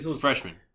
Freshman